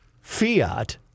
fiat